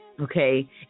Okay